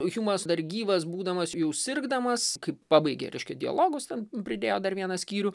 hjumas dar gyvas būdamas jau sirgdamas kai pabaigė reiškia dialogus ten pridėjo dar vieną skyrių